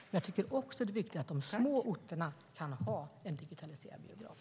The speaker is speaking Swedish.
Men jag tycker att det är viktigt att de små orterna kan ha en digitaliserad biograf.